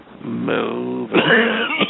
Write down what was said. Move